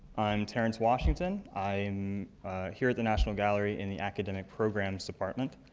i'm terence washington. i am here at the national gallery in the academic programs department.